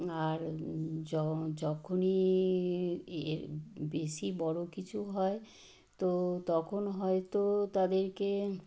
আর যখনই ইয়ে বেশি বড় কিছু হয় তো তখন হয়তো তাদেরকে